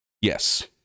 Yes